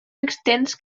extens